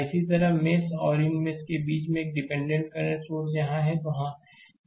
इसी तरह मेष और इन मेष के बीच में एक डिपेंडेंट करंट सोर्स यहां है हो